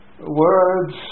Words